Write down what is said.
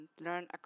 learn